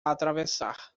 atravessar